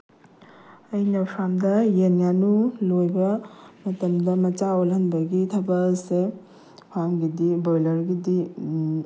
ꯑꯩꯅ ꯐꯥꯝꯗ ꯌꯦꯟ ꯉꯥꯅꯨ ꯂꯣꯏꯕ ꯃꯇꯝꯗ ꯃꯆꯥ ꯑꯣꯜꯍꯟꯕꯒꯤ ꯊꯕꯛ ꯑꯁꯦ ꯐꯥꯝꯒꯤꯗꯤ ꯕꯣꯏꯂꯔꯒꯤꯗꯤ